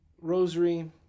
Rosary